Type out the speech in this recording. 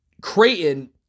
Creighton